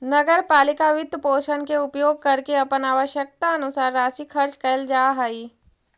नगर पालिका वित्तपोषण के उपयोग करके अपन आवश्यकतानुसार राशि खर्च कैल जा हई